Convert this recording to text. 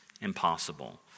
impossible